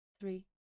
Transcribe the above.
three